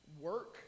work